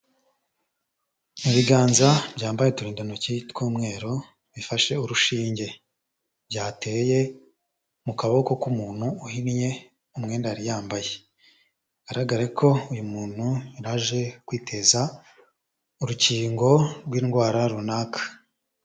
Ibiganza byambaye uturindantoki tw'umweru bifashe urushinge, byateye mu kaboko k'umuntu uhinnye umwenda yari yambaye, bigaragare ko uyu muntu yaje kwiteza urukingo rw'indwara runaka.